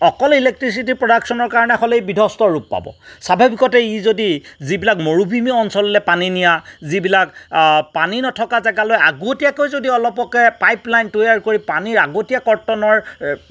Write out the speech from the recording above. অকল ইলেক্ট্ৰিচিটি প্ৰডাকচনৰ কাৰণে হ'লে ই বিধ্বস্ত ৰূপ পাব স্বাভাৱিকতে ই যদি যিবিলাক মৰুভূমি অঞ্চললে পানী নিয়া যিবিলাক পানী নথকা জেগালৈ আগতীয়াকৈ যদি অলপকে পাইপ লাইন তৈয়াৰ কৰি পানী আগতীয়া কৰ্তনৰ